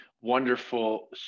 Wonderful